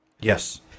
yes